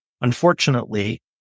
unfortunately